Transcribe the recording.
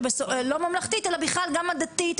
הדתית,